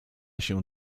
się